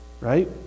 right